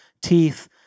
teeth